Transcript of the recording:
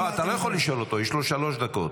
לא, אתה לא יכול לשאול אותו, יש לו שלוש דקות.